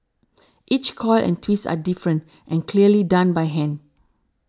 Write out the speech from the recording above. each coil and twist are different and clearly done by hand